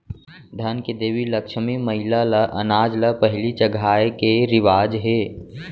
धन के देवी लक्छमी मईला ल अनाज ल पहिली चघाए के रिवाज हे